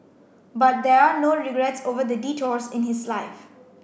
but there are no regrets over the detours in his life